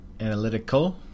analytical